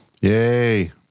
Yay